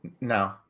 No